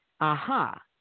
Aha